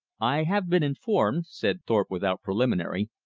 i have been informed, said thorpe without preliminary,